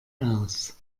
aus